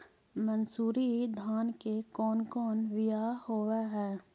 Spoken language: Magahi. मनसूरी धान के कौन कौन बियाह होव हैं?